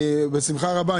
בשמחה רבה.